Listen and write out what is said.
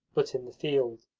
but in the field,